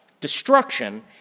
destruction